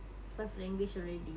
five language already